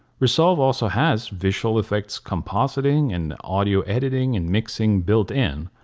resolve also has visual effects compositing and audio editing and mixing built in.